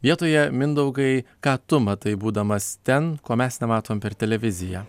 vietoje mindaugai ką tu matai būdamas ten ko mes nematom per televiziją